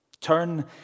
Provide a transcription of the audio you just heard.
Turn